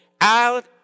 out